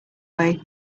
way